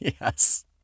Yes